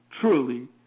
truly